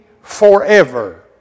forever